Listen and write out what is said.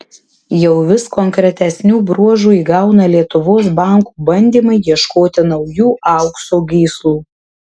jau vis konkretesnių bruožų įgauna lietuvos bankų bandymai ieškoti naujų aukso gyslų